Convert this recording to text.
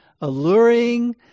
alluring